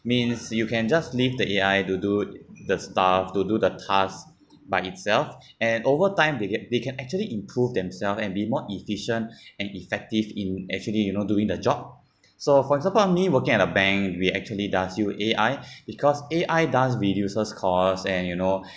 means you can just leave the A_I to do the stuff to do the task by itself and over time they ca~ they can actually improve themselves and be more efficient and effective in actually you know doing the job so for example me working at a bank we actually does use A_I because A_I does reduces cost and you know